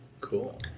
Cool